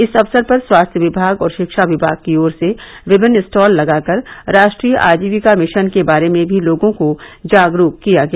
इस अवसर पर स्वास्थ्य विमाग और शिक्षा विमाग की ओर से विमिन्न स्टॉल लगाकर राष्ट्रीय आजीविका मिशन के बारे में भी लोगों को जागरूक किया गया